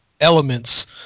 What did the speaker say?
elements